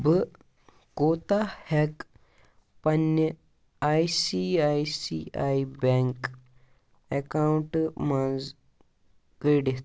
بہٕ کوٗتاہ ہیٚکہٕ پنٕنہِ I C I C I bank اَکاونٹہٕ منٛز کٔڈِتھ